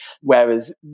whereas